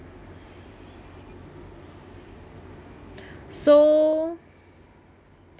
so